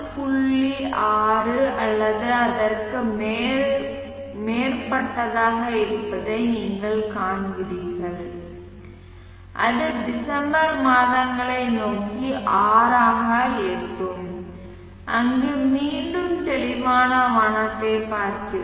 6 அல்லது அதற்கு மேற்பட்டதாக இருப்பதை நீங்கள் காண்கிறீர்கள் அது டிசம்பர் மாதங்களை நோக்கி 6 ஐ எட்டும் அங்கு மீண்டும் தெளிவான வானத்தைப் பார்க்கிறோம்